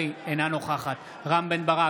אינו נוכח מירב בן ארי, אינה נוכחת רם בן ברק,